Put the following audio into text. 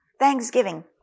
Thanksgiving